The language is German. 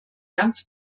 ganz